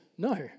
No